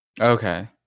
Okay